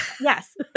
Yes